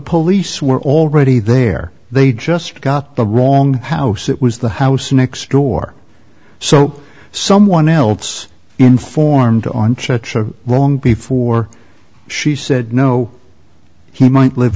police were already there they just got the wrong house it was the house next door so someone else informed on church wrong before she said no he might live